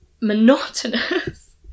monotonous